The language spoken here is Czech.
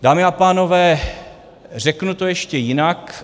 Dámy a pánové, řeknu to ještě jinak.